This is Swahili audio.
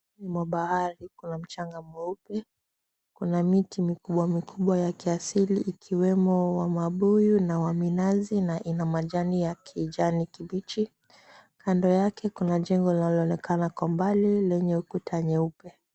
Ufuo mwa bahari kuna mchanga mweupe, kuna miti mikubwa mikubwa ya kiasili ikiwemo wa mabuyu na wa minazi na ina majani ya kijani kibichi. Kando yake kuna jengo linaloonekana kwa mbali lenye kuta nyeupe.